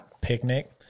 picnic